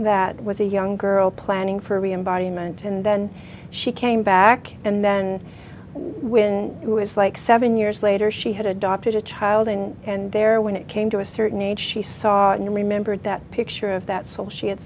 that was a young girl planning for the embodiment and then she came back and then when it was like seven years later she had adopted a child and there when it came to a certain age she saw it and remembered that picture of that so she had